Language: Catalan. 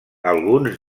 alguns